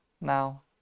now